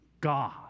God